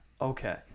Okay